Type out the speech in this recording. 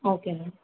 okay ma'am